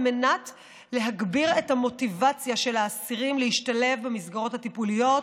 על מנת להגביר את המוטיבציה של האסירים להשתלב במסגרות הטיפוליות,